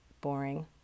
boring